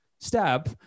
step